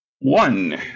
One